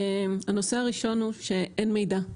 הנושא הראשון הוא שאין מידע,